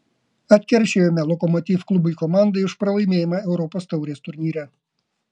atkeršijome lokomotiv klubui komandai už pralaimėjimą europos taurės turnyre